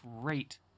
great